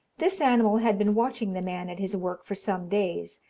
this animal had been watching the man at his work for some days,